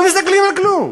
לא מסתכלים על כלום.